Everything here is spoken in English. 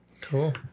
Cool